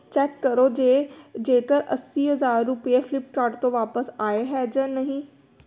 check ਕਰੋ ਜੇ ਜੇਕਰ ਅੱਸੀ ਹਜ਼ਾਰ ਰੁਪਏ ਫਲਿੱਪਕਾਰਟ ਤੋਂ ਵਾਪਸ ਆਏ ਹੈ ਜਾਂ ਨਹੀਂ